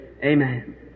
amen